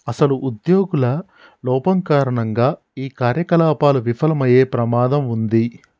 అసలు ఉద్యోగుల లోపం కారణంగా ఈ కార్యకలాపాలు విఫలమయ్యే ప్రమాదం ఉంది